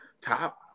top